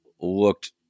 looked